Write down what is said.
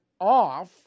off